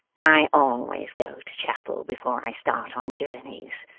i always go to chapel before i start on journeys.